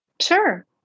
Sure